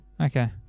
Okay